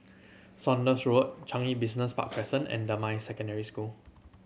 Saunders Road Changi Business Park Crescent and Damai Secondary School